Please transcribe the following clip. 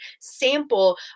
sample